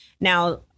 Now